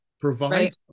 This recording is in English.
provide